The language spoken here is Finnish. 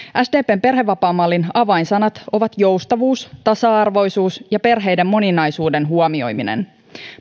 sdpn perhevapaamallin avainsanat ovat joustavuus tasa arvoisuus ja perheiden moninaisuuden huomioiminen